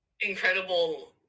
incredible